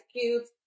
cubes